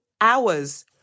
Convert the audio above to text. hours